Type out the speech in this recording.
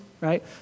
right